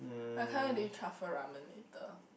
I can't wait to eat truffle ramen later